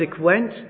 went